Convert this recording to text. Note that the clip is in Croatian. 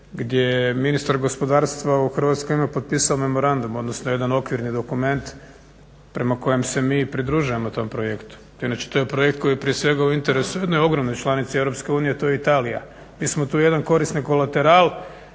gdje je ministar gospodarstva u hrvatsko ime potpisao memorandum, odnosno jedan okvirni dokument prema kojem se mi pridružujemo tom projektu. Inače, to je projekt koji je prije svega u interesu jedne ogromne članice EU, a to je Italija. Mi smo to jedan korisni kolateral